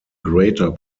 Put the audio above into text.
greater